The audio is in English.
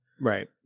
right